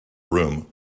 room